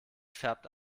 färbt